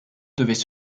devaient